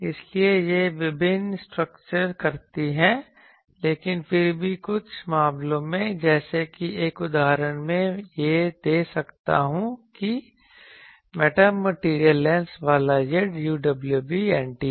इसलिए यह विभिन्न स्ट्रक्चर करती हैं लेकिन फिर भी कुछ मामलों में जैसे कि एक उदाहरण मैं यह दे सकता हूं कि मेटामेटीरियल लेंस वाला यह UWB एंटीना